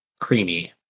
creamy